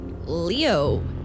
Leo